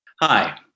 Hi